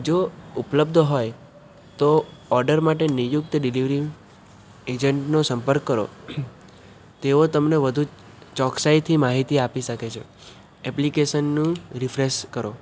જો ઉપલબ્ધ હોય તો ઓર્ડર માટે નિયુક્ત ડીલિવરી એજન્ટનો સંપર્ક કરો તેઓ તમને વધુ ચોકસાઈથી માહિતી આપી શકે છે એપ્લિકેશનને રિફ્રેશ કરો